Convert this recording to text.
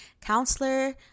counselor